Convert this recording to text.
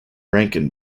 rankin